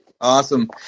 awesome